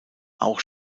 auch